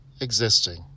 existing